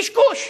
קשקוש.